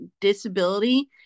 disability